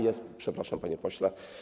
Jest, przepraszam, panie pośle.